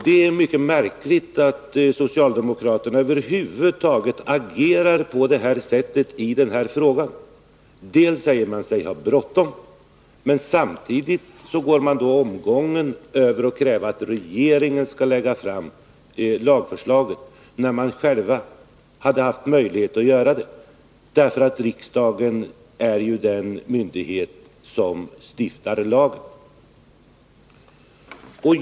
Det är mycket märkligt att socialdemokraterna över huvud taget agerar på detta sätt i den här frågan. Dels säger man sig ha bråttom, dels går man omvägen över att kräva att regeringen skall lägga fram lagförslaget, när man själv hade haft möjlighet att göra det. Riksdagen är ju den myndighet som stiftar lagen.